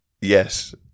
Yes